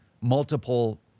multiple